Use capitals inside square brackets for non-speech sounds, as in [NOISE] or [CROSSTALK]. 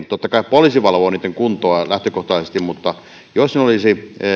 [UNINTELLIGIBLE] totta kai poliisi valvoo niitten kuntoa lähtökohtaisesti mutta jos ne olisi